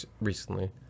recently